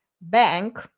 bank